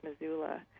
Missoula